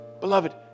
Beloved